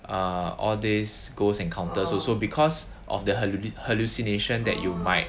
ah all these ghosts encounters also because of their hallu~ hallucinations that you might